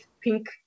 pink